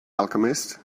alchemist